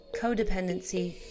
codependency